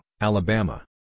Alabama